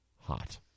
hot